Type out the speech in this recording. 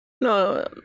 No